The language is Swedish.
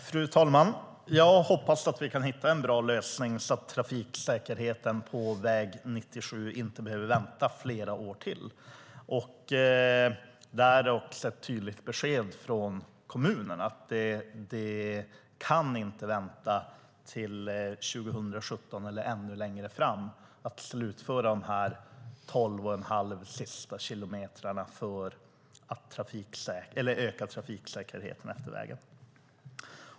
Fru talman! Jag hoppas att vi kan hitta en bra lösning så att vi inte behöver vänta flera år till på en trafiksäker riksväg 97. Det är också ett tydligt besked från kommunen att man inte kan vänta till 2017 eller längre på ökad trafiksäkerhet på de sista 12 1⁄2 kilometrarna.